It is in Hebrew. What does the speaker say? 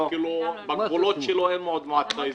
זה כאילו בגבולות שלו אין לו עוד מועצה אזורית.